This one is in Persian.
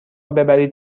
ببرید